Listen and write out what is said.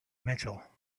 mitchell